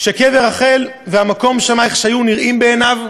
שקבר רחל והמקום שם, איך שנראו בעיניו,